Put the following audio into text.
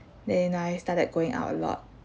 then I started going out a lot